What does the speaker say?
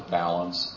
balance